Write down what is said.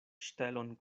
ŝtelon